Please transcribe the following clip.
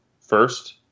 first